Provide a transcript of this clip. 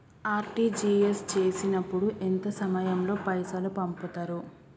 RTGS చేసినప్పుడు ఎంత సమయం లో పైసలు పంపుతరు?